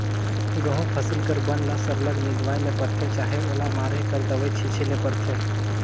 गहूँ फसिल कर बन ल सरलग निंदवाए ले परथे चहे ओला मारे कर दवई छींचे ले परथे